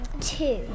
Two